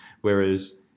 whereas